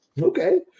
Okay